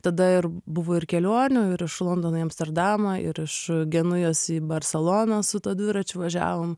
tada ir buvo ir kelionių ir iš londono į amsterdamą ir iš genujos į barseloną su tuo dviračiu važiavom